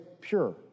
pure